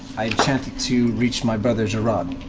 i enchant it to reach my brother jerahd.